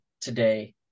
today